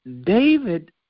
David